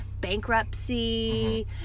bankruptcy